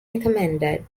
recommended